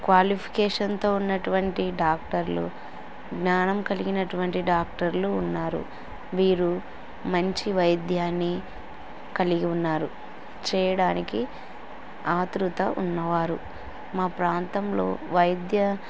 క్వాలిఫికేషన్తో ఉన్నటువంటి డాక్టర్లు జ్ఞానం కలిగినటువంటి డాక్టర్లు ఉన్నారు వీరు మంచి వైద్యాన్ని కలిగి ఉన్నారు చేయడానికి ఆత్రుత ఉన్నవారు మా ప్రాంతంలో వైద్య